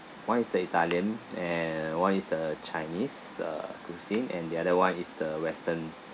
one is the italian and one is the chinese uh cuisine and the other one is the western